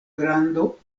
grando